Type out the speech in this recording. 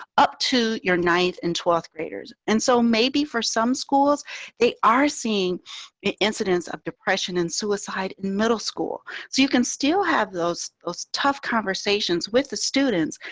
up to your ninth and twelfth graders and so maybe for some schools they are seeing incidence of depression and suicide middle school, so you can still have those those tough conversations with the students,